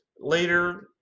later